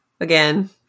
again